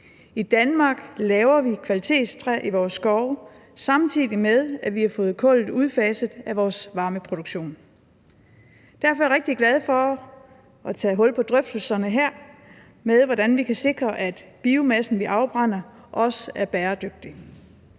I Danmark laver vi kvalitetstræ i vores skove, samtidig med at vi har fået kullet udfaset af vores varmeproduktion. Derfor er jeg rigtig glad for at tage hul på drøftelserne her om, hvordan vi kan sikre, at den biomasse, vi afbrænder, også er bæredygtig.